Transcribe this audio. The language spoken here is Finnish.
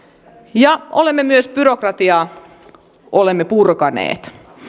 ja olemme myös byrokratiaa purkaneet